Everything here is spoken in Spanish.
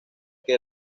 que